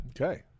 okay